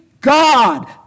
God